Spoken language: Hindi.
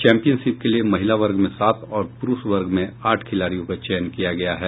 चौंपियनशिप के लिए महिला वर्ग में सात और पुरुष वर्ग में आठ खिलाड़ियों का चयन किया गया है